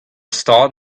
stad